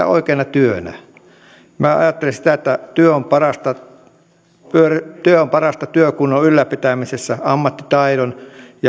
oikeana työnä minä ajattelen sitä että työ on parasta työkunnon ylläpitämisessä ammattitaidon